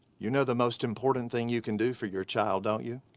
you know the most important thing you can do for your child don't you?